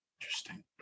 Interesting